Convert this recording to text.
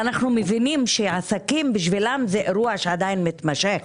ואנחנו מבינים שבשביל עסקים זה אירוע שעדיין מתמשך.